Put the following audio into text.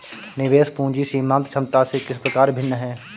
निवेश पूंजी सीमांत क्षमता से किस प्रकार भिन्न है?